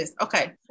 Okay